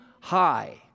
high